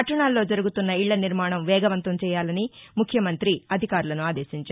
పట్టణాల్లో జరుగుతున్న ఇళ్లనిర్వాణం వేగవంతం చేయాలని ముఖ్యమంతి అధికారులను ఆదేశించారు